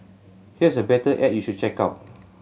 here's a better ad you should check out